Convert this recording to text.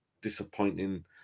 disappointing